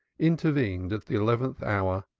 intervened at the eleventh hour,